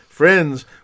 Friends